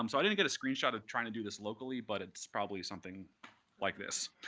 um i didn't get a screenshot of trying to do this locally, but it's probably something like this.